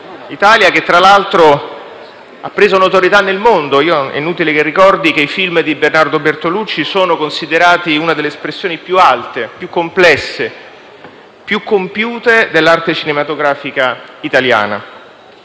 Italia, che tra l'altro ha guadagnato notorietà nel mondo. È inutile che ricordi che i film di Bernardo Bertolucci sono considerati una delle espressioni più alte, più complesse e più compiute dell'arte cinematografica italiana.